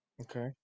Okay